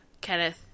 kenneth